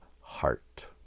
heart